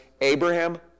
Abraham